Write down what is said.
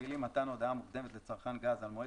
המילים "מתן הודעה מוקדמת לצרכן גז על מועד